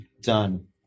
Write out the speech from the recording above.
done